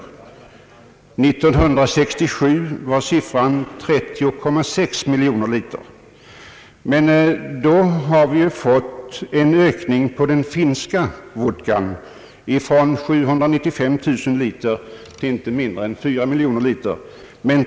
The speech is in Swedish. År 1967 var siffran 30,6 miljoner liter. Men i stället har det skett en ökning när det gäller den finska vodkan från 795 000 liter till inte mindre än 4 miljoner liter.